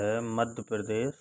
फिर है मध्य प्रदेश